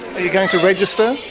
you going to register?